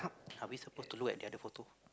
are we supposed to look at the other photo